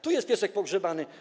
Tu jest piesek pogrzebany.